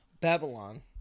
babylon